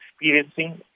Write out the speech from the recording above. experiencing